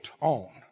on